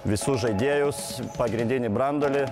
visus žaidėjus pagrindinį branduolį